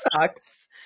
sucks